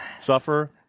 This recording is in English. suffer